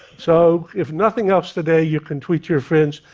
so if nothing else today, you can tweet your friends,